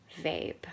vape